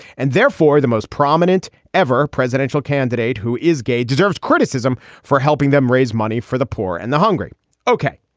and therefore, the most prominent ever presidential candidate who is gay deserves criticism for helping them raise money for the poor and the hungry ok,